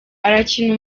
arakina